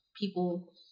people